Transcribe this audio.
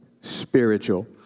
spiritual